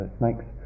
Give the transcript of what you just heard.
snakes